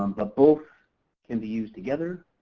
um but both can be used together.